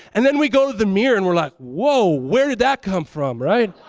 and then we go to the mirror and we're like, woah, where did that come from? right?